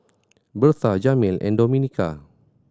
Bertha Jamil and Domenica